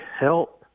help